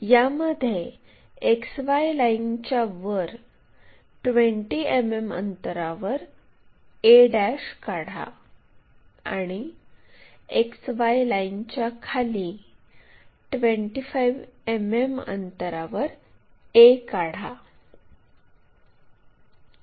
यामध्ये XY लाईनच्यावर 20 मिमी अंतरावर a काढा आणि XY लाईनच्या खाली 25 मिमी अंतरावर a काढा